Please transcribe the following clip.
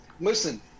Listen